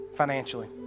financially